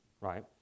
Right